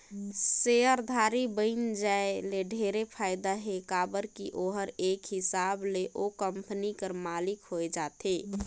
सेयरधारी बइन जाये ले ढेरे फायदा हे काबर की ओहर एक हिसाब ले ओ कंपनी कर मालिक होए जाथे